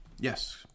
Yes